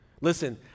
Listen